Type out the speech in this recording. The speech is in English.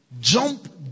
jump